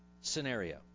scenario